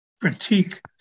critique